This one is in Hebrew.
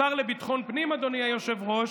השר לביטחון הפנים, אדוני היושב-ראש,